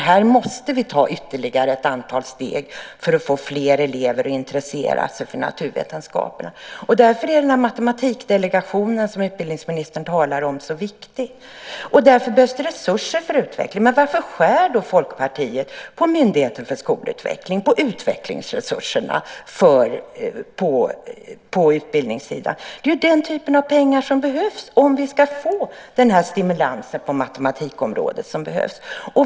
Här måste vi ta ytterligare ett antal steg för att få fler elever att intressera sig för naturvetenskapliga ämnen. Det är därför som Matematikdelegationen - som utbildningsministern talade om - är så viktig, och det är därför som det behövs resurser för utveckling. Men varför vill då Folkpartiet skära ned på utvecklingsresurserna till Myndigheten för skolutveckling? Det är ju den typen av pengar som krävs om man ska få den stimulans på matematikområdet som behövs.